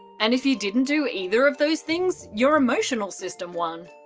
and if you didn't do either of those things, your emotional system won.